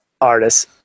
artists